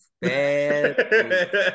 Bad